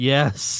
Yes